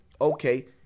Okay